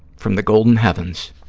from the golden heavens